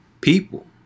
people